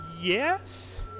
yes